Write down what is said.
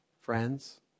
friends